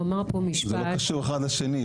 הוא אמר פה משפט זה לא קשור אחד לשני,